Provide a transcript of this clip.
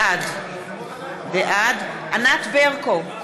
בעד ענת ברקו,